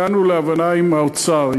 הגענו להבנה עם האוצר,